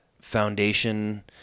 foundation